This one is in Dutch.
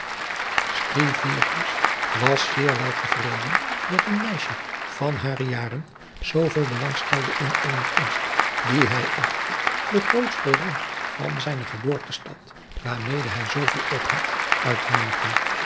was zeer wel tevreden dat een meisje van hare jaren zooveel belang stelde in eene kunst die hij achtte den grootsten roem van zijne geboortestad waarmede hij zooveel op had uit te maken